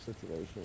situation